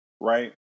right